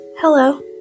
Hello